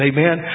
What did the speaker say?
Amen